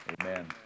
Amen